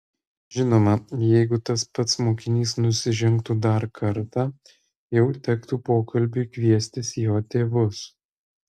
žinoma jeigu tas pats mokinys nusižengtų dar kartą jau tektų pokalbiui kviestis jo tėvus